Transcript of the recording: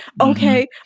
Okay